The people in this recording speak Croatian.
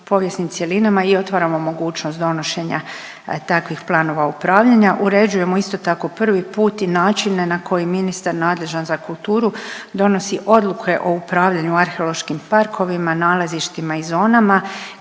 povijesnim cjelinama i otvaramo mogućnost donošenja takvih planova upravljanja. Uređujemo isto tako prvi put i načine na koji ministar nadležan za kulturu donosi odluke o upravljanju arheološkim parkovima, nalazištima i zonama,